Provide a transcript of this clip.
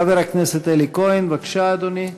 חבר הכנסת אלי כהן, בבקשה, אדוני.